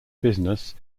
business